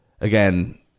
Again